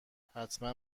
حتما